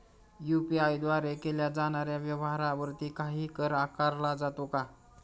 UPI द्वारे केल्या जाणाऱ्या व्यवहारावरती काही कर आकारला जातो का?